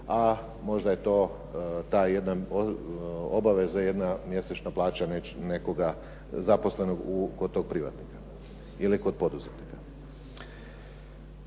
a možda je to ta jedna obaveza jedna mjesečna plaća nekog zaposlenog kod toga privatnika ili kod poduzetnika.